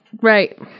right